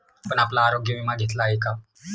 आपण आपला आरोग्य विमा घेतला आहे का?